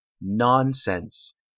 Nonsense